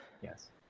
Yes